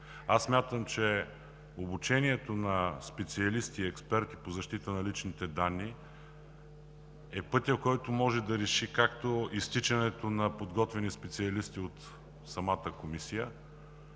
Смятам, че обучението на специалисти и експерти по защита на личните данни е пътят, който може да реши както изтичането на подготвени специалисти от самата Комисия,